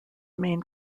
main